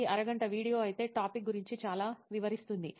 ఇది అరగంట వీడియో అయితే టాపిక్ గురించి చాలా వివరిస్తుంది